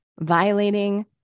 violating